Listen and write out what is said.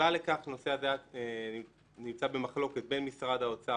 והסיבה לכך היא שהנושא עדיין נמצא במחלוקת בין משרד האוצר,